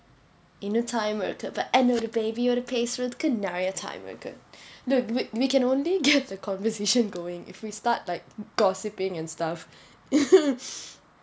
இன்னும்:innum time இருக்கு:irukku but என்னோட:ennoda baby வோட பேசுறதுக்கு நிறைய:voda pesurathukku niraya time இருக்கு:irukku dude we can only get the conversation going if we start like gossiping and stuff